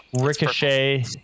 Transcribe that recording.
ricochet